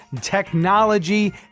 technology